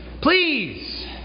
Please